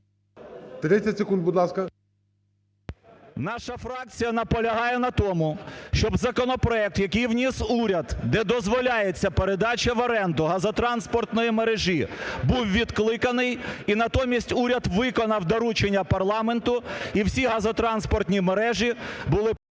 Наша фракція наполягає на тому, щоб законопроект, який вніс уряд, де дозволяється передача в оренду газотранспортної мережі, був відкликаний, і натомість уряд виконав доручення парламенту – і всі газотранспортні мережі були